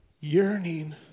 yearning